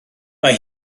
mae